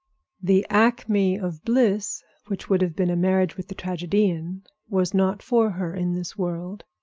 the acme of bliss, which would have been a marriage with the tragedian, was not for her in this world.